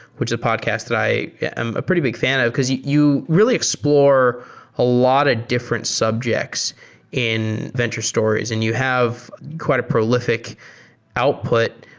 which is a podcast that i am a pretty big fan of, because you you really explore a lot of different subjects in venture stories and you have quite a prolific output.